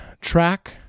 track